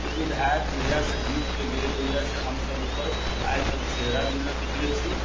ओ विधायक जहियासँ जीतके गेलै हऽ से हम सभ ओकर आइ तक चेहरा भी न देखलै छी